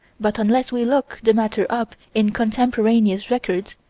but, unless we look the matter up in contemporaneous records,